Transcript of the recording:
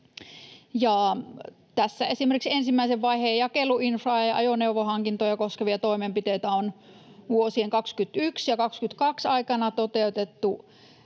Ja esimerkiksi ensimmäisen vaiheen jakeluinfraa ja ajoneuvohankintoja koskevia toimenpiteitä on vuosien 21 ja 22 aikana toteutettu